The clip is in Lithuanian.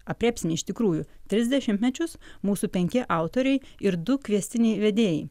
aprėpsim iš tikrųjų tris dešimtmečius mūsų penki autoriai ir du kviestiniai vedėjai